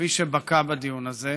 כפי שבקע בדיון הזה,